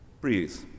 Breathe